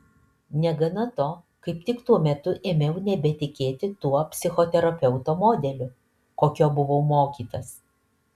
negana to kaip tik tuo metu ėmiau nebetikėti tuo psichoterapeuto modeliu kokio buvau mokytas